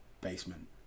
Basement